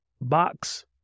box